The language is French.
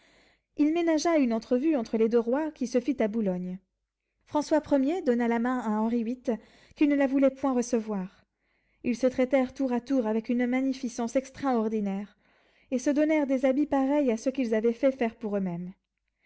il ménagea une entrevue entre les deux rois qui se fit à boulogne françois premier donna la main à henri viii qui ne la voulait point recevoir ils se traitèrent tour à tour avec une magnificence extraordinaire et se donnèrent des habits pareils à ceux qu'ils avaient fait faire pour eux-mêmes